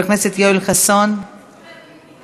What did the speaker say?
חבר הכנסת יחיאל חיליק בר,